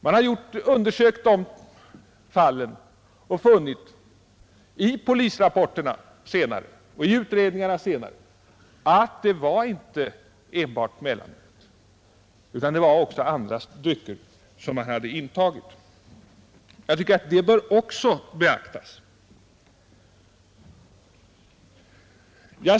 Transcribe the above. Av polisrapporterna framgår att de senare utredningarna visade att det inte var enbart mellanöl utan också andra drycker som vederbörande hade intagit. Det bör också beaktas.